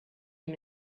him